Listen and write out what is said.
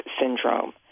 syndrome